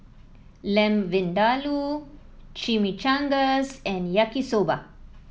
Lamb Vindaloo Chimichangas and Yaki Soba